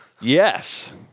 Yes